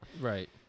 Right